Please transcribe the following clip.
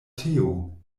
teo